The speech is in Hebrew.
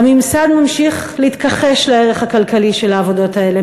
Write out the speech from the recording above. הממסד ממשיך להתכחש לערך הכלכלי של העבודות האלה.